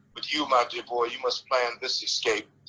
but you my dear boy, you must plan this escape.